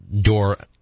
door